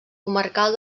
comarcal